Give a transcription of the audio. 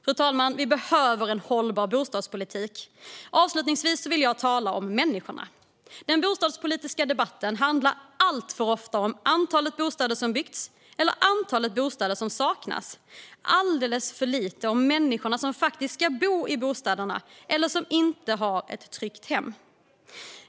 Fru talman! Vi behöver en hållbar bostadspolitik. Avslutningsvis vill jag tala om människorna. Den bostadspolitiska debatten handlar alltför ofta om antalet bostäder som byggts eller antalet bostäder som saknas och alldeles för lite om människorna som faktiskt ska bo i bostäderna eller som inte har ett tryggt hem.